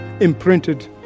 imprinted